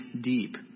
deep